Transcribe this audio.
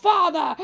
Father